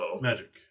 magic